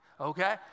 okay